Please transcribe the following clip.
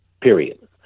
Period